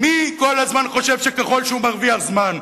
מי כל הזמן חושב שככל שהוא מרוויח זמן,